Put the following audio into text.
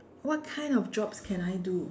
what kind of jobs can I do